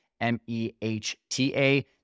M-E-H-T-A